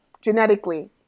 genetically